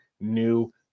new